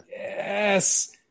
Yes